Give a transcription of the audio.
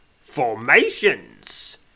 formations